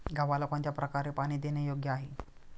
गव्हाला कोणत्या प्रकारे पाणी देणे योग्य आहे?